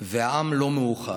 והעם לא מאוחד?